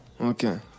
Okay